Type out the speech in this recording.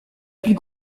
plus